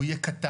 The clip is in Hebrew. הוא יהיה קטן,